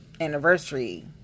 anniversary